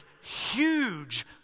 huge